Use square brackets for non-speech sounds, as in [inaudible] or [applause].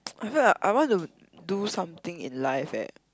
[noise] I feel like I want to do something in life eh